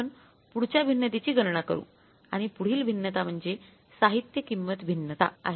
आपण पुढच्या भिन्नतेची गणना करू आणि पुढील भिन्नता म्हणजे साहित्य किंमत भिन्नता आहे